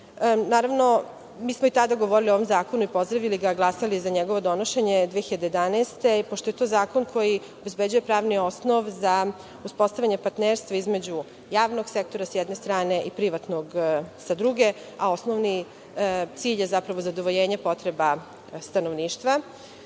godine. Naravno, mi smo i tada govorili o ovom zakonu, i pozdravili ga, glasali za njegovo donošenje 2011. godine, i pošto je to zakon koji obezbeđuje pravni osnov za uspostavljanje partnerstva između javnog sektora sa jedne strane i privatnog sa druge, a osnovni cilj je zadovoljenje potreba stanovništva.